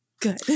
good